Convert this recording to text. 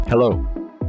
Hello